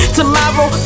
Tomorrow